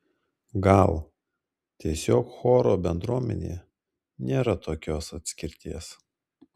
gal tiesiog choro bendruomenėje nėra tokios atskirties